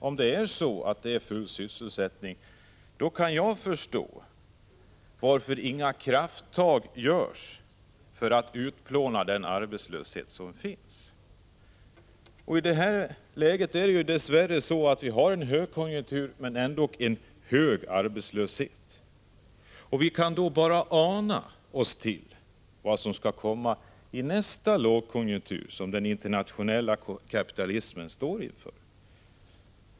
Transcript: Om nämligen detta är full sysselsättning, då kan jag förstå varför inga krafttag görs för att utplåna den arbetslöshet som finns. I det här läget är det dess värre så att vi har en högkonjunktur men ändå stor arbetslöshet. Vi kan bara ana oss till vad som skall komma i nästa lågkonjunktur som den internationella kapitalismen står inför.